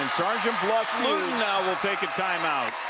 sergeant bluff-luton now will take a time-out.